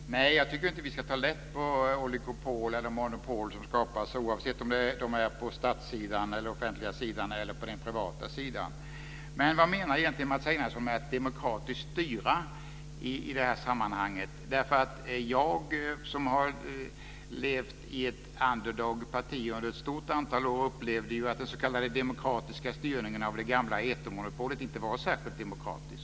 Fru talman! Nej, jag tycker inte att vi ska ta lätt på oligopol eller monopol som skapas, oavsett om de är på den statliga sidan, den offentliga sidan eller den privata sidan. Vad menar Mats Einarsson egentligen med att "demokratiskt styra" i det här sammanhanget? Jag som har levt i ett underdog-parti under ett stort antal år upplevde ju att den s.k. demokratiska styrningen av det gamla etermonopolet inte var särskilt demokratisk.